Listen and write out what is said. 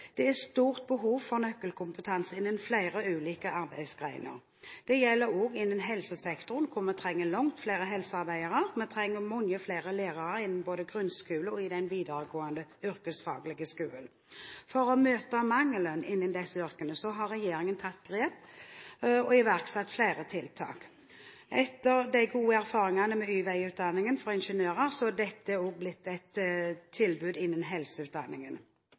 Det er et stort behov for nøkkelkompetanse innen flere ulike arbeidsgrener, òg innen helsesektoren, der vi trenger langt flere helsearbeidere. Vi trenger mange flere lærere innen både grunnskole og den videregående yrkesfaglige skolen. For å møte mangelen innen disse yrkene har regjeringen tatt grep og iverksatt flere tiltak. Etter de gode erfaringene med Y-veiutdanningen for ingeniører er dette òg blitt et tilbud innen helseutdanningen.